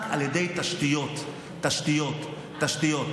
רק על ידי תשתיות, תשתיות, תשתיות.